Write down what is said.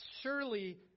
surely